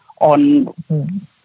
on